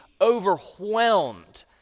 overwhelmed